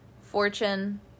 Fortune